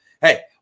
hey